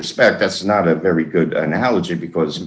respect that's not a very good analogy because